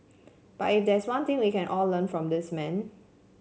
but if there's one thing we can all learn from this man